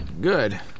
Good